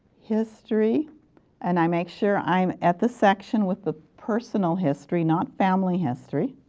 history and i make sure i am at the section with the personal history, not family history.